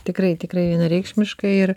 tikrai tikrai vienareikšmiškai ir